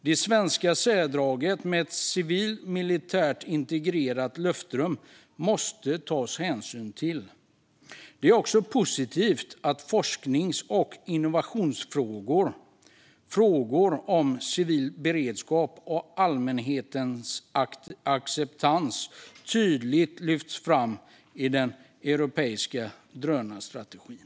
Det svenska särdraget med ett civilt och militärt integrerat luftrum måste tas hänsyn till. Det är också positivt att forsknings och innovationsfrågor och frågor om civil beredskap och allmänhetens acceptans tydligt lyfts fram i den europeiska drönarstrategin.